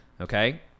Okay